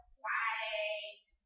white